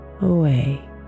away